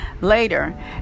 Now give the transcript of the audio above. Later